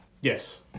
yes